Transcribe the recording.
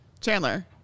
Chandler